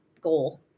goal